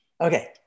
Okay